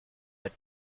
but